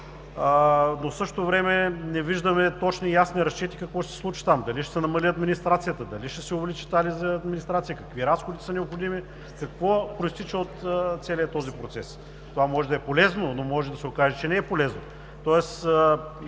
В същото време обаче не виждаме точни и ясни разчети какво ще се случи там – дали ще се намали администрацията, дали ще се увеличи тази администрация, какви разходи са необходими, какво произтича от целия този процес. Това може да е полезно, но може да се окаже, че не е полезно.